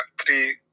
three